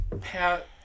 Pat